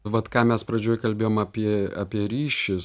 vat ką mes pradžioj kalbėjom apie apie ryšį